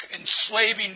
enslaving